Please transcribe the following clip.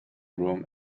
room